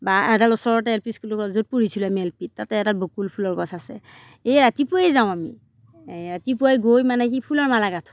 বা এডাল ওচৰতে এল পি স্কুলত য'ত পঢ়িছিলো আমি এল পি তাতে এডাল বকুল ফুলৰ গছ আছে এই ৰাতিপুৱাই যাওঁ আমি ৰাতিপুৱাই গৈ মানে কি ফুলৰ মালা গাঁঠো